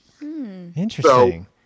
Interesting